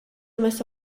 messo